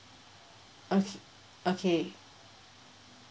okay okay